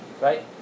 right